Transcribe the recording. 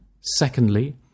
secondly